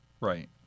right